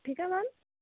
ठीक आहे मॅम